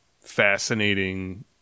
fascinating